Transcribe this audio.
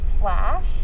flash